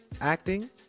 acting